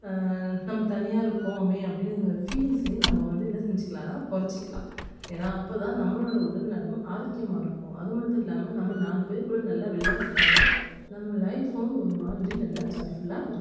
நம்ம தனியாக இருக்கோமே அப்படிங்கிற ஃபீலிங்ஸையும் நம்ம வந்து என்ன செஞ்சிக்கிலாம்னா குறைச்சிக்கிலாம் ஏனா அப்போதான் நம்மளோடய உடல்நலம் ஆரோக்கியமாக இருக்கும் அதுமட்டும் இல்லாமல் நம்ம நாலு பேருக்கூட நல்லா விளையாடுறதால நம்ம லைஃப்பும் ஒருமாதிரி நல்லா ஜாய்ஃபுல்லாக இருக்கும்